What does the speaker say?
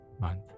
month